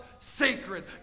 sacred